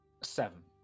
Seven